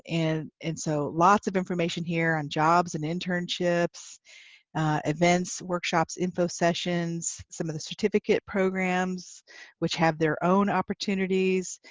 and and so lots of information here on jobs and internships events workshops, info sessions, some of the certificate programs which have their own opportunities.